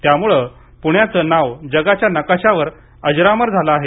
त्यामुळे पुण्याचं नाव जगाच्या नकाशावर अजरामर झाले आहे